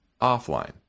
offline